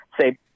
say